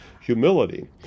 humility